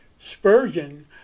Spurgeon